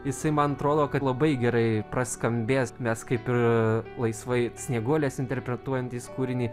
jisai man atrodo kad labai gerai praskambės mes kaip ir laisvai snieguolės interpretuojantys kūrinį